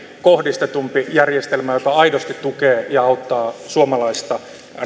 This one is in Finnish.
kohdistetumpi järjestelmä joka aidosti tukee ja auttaa suomalaista